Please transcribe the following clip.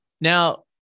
Now